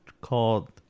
Called